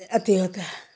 अथी होता है